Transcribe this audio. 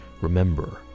remember